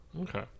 Okay